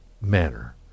manner